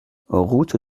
route